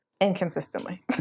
Inconsistently